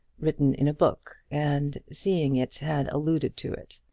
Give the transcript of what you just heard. written in a book and seeing it had alluded to it.